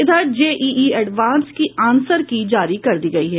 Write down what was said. इधर JEE advance की answer key जारी कर दी गयी है